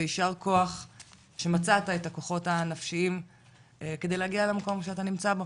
ויישר כוח שמצאת את הכוחות הנפשיים כדי להגיע למקום שאתה נמצא בו.